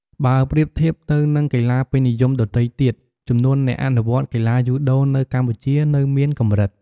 បើប្រៀបធៀបទៅនឹងកីឡាពេញនិយមដទៃទៀត ចំនួនអ្នកអនុវត្តកីឡាយូដូនៅកម្ពុជានៅមានកម្រិត ។